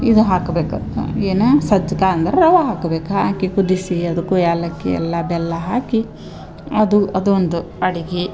ಇದು ಹಾಕ್ಬೇಕು ಏನ ಸಜ್ಕ ಅಂದ್ರ ರವ ಹಾಕ್ಬೇಕು ಹಾಕಿ ಕುದಿಸಿ ಅದಕ್ಕು ಏಲಕ್ಕಿ ಎಲ್ಲ ಬೆಲ್ಲ ಹಾಕಿ ಅದು ಅದೊಂದು ಅಡಿಗಿ